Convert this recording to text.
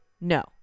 No